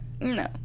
No